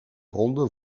ronde